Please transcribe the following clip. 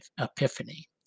epiphany